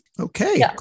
Okay